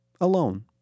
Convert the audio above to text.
alone